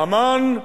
לעמאן,